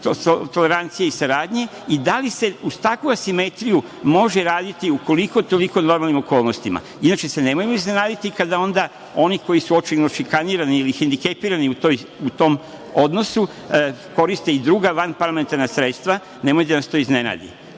tolerancije i saradnje i da li se uz takvu asimetriju može raditi koliko toliko u normalnim okolnostima. Nemojmo se iznenaditi kada oni koji su očigledno šikanirani ili hendikepirani u tom odnosu koriste i druga vanparlamentarna sredstva. Nemojte da vas to iznenadi.